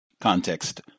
Context